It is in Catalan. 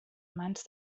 mans